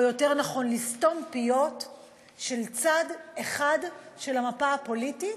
או יותר נכון לסתום פיות של צד אחד של המפה הפוליטית,